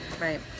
right